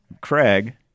Craig